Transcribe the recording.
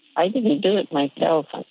i didn't do it myself, like